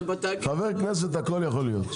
חבר כנסת, הכול יכול להיות.